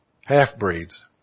half-breeds